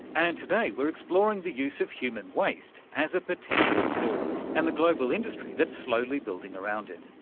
and today we're exploring the use of human waste as a potential resource and the global industry that's slowly building around it.